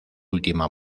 última